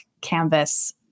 canvas